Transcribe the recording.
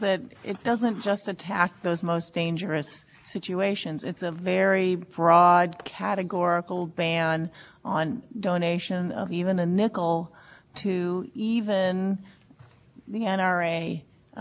a real risk of bad appearances and so we have to come in full bore with a comprehensive ban but it's easy to get out of